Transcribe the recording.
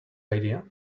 idea